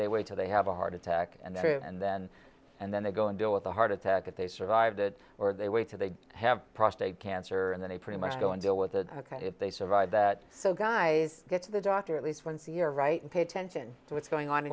they way to they have a heart attack and then and then and then they go and deal with a heart attack if they survived it or they waited they have prostate cancer and they pretty much go and deal with it if they survive that so guys get to the doctor at least once a year right and pay attention to what's going on